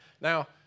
Now